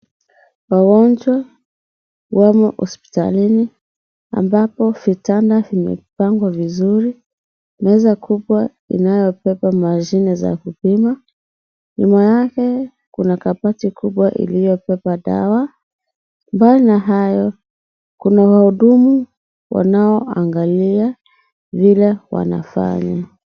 Wagonjwa wamo hospitalini ambapo vitanda vimepangwa vizuri meza kubwa inayobeba mashine za kupima. Nyuma yake kuna kabati kubwa iliyobeba dawa. Kuna wahudumu wanaoangalia vile wanavyofanya.